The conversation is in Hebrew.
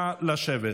נא לשבת.